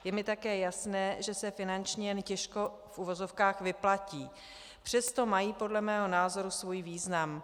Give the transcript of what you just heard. Je mi také jasné, že se finančně jen těžko v uvozovkách vyplatí, přesto mají podle mého názoru svůj význam.